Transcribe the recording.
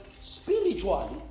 spiritually